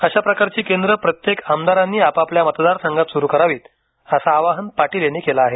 अशा प्रकारची केंद्र प्रत्येक आमदारांनी आपापल्या मतदारसंघात सुरू करावीत असं आवाहन पाटील यांनी केलं आहे